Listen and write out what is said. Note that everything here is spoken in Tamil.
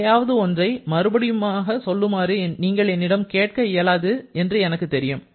எதையாவது ஒன்றை மறுபடியும் சொல்லுமாறு நீங்கள் என்னிடம் கேட்க இயலாது என்று எனக்கு தெரியும்